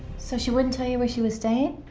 so she wouldn't tell you where she was staying?